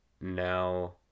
now